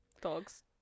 dogs